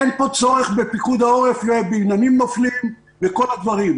אין פה צורך בפיקוד העורף לבניינים נופלים ולכל הדברים.